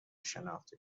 شناخته